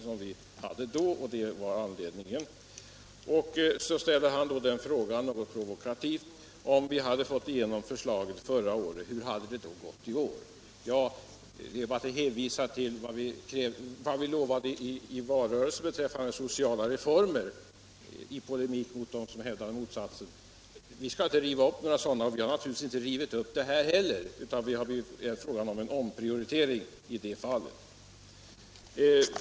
Så ställde herr Franzén den något provokativa frågan hur det hade gått i år, om vi fått igenom förslaget förra året. Ja, det är bara att hänvisa till vad vi lovade i valrörelsen beträffande sociala reformer, i polemik mot dem som hävdade motsatsen: Vi skall inte riva upp några sådana. Och vi har naturligtvis inte rivit upp dessa heller, utan det hade blivit fråga om en omprioritering i det fallet.